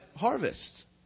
harvest